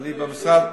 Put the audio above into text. בשבילי במשרד,